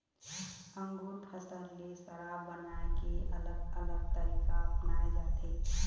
अंगुर फसल ले शराब बनाए के अलग अलग तरीका अपनाए जाथे